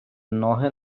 ноги